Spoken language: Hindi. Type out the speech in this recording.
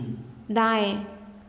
दाएँ